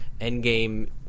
Endgame